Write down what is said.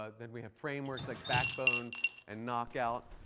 ah then we have frameworks like backbone and knockout.